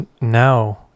now